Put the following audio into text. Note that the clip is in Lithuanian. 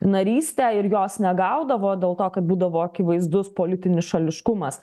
narystę ir jos negaudavo dėl to kad būdavo akivaizdus politinis šališkumas